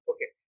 Okay